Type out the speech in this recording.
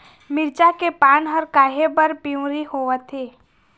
मिरचा के पान हर काहे बर पिवरी होवथे?